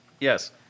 Yes